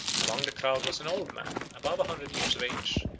among the crowd was an old man, above a hundred years of age,